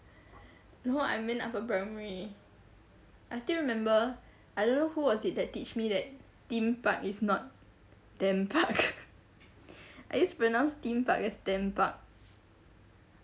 no I meant upper primary I still remember I don't know who was it that teach me that theme park is not them park I just pronounced theme park as them park